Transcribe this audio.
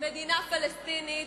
מדינה פלסטינית,